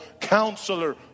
counselor